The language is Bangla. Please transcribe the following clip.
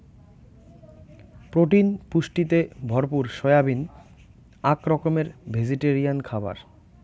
প্রোটিন পুষ্টিতে ভরপুর সয়াবিন আক রকমের ভেজিটেরিয়ান খাবার